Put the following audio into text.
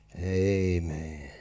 Amen